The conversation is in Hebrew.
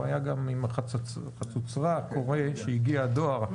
היו עם החצוצרה קוראים שהגיע דואר.